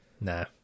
Nah